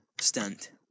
stunt